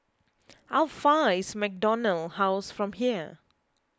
how far away is MacDonald House from here